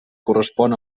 correspon